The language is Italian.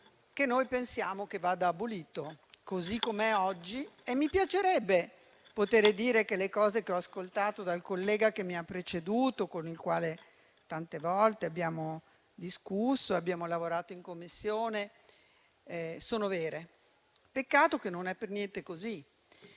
che pensiamo che vada abolito, così com'è oggi, e mi piacerebbe poter dire che le cose che ho ascoltato dal collega che mi ha preceduta, con il quale tante volte abbiamo discusso e lavorato in Commissione, sono vere. Peccato che non sia per niente così,